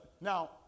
Now